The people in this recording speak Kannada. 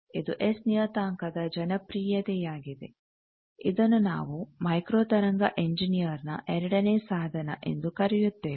ಇದು ಎಸ್ ನಿಯತಾಂಕದ ಜನಪ್ರಿಯತೆ ಯಾಗಿದೆ ಇದನ್ನು ನಾವು ಮೈಕ್ರೋ ತರಂಗ ಎಂಜಿನಿಯರ್ನ ಎರಡನೇ ಸಾಧನ ಎಂದು ಕರೆಯುತ್ತೇವೆ